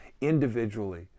individually